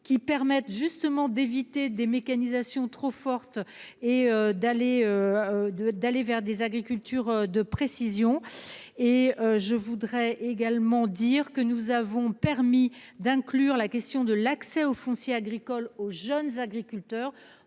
qui permettent justement d'éviter des mécanisation trop forte et d'aller. De, d'aller vers des agricultures de précision et je voudrais également dire que nous avons permis d'inclure la question de l'accès au foncier agricole aux jeunes agriculteurs,